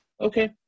Okay